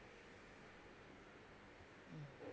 mm